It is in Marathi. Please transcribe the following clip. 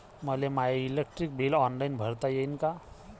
मले माय इलेक्ट्रिक बिल ऑनलाईन भरता येईन का?